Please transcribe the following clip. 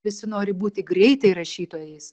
visi nori būti greitai rašytojais